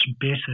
better